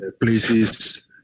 places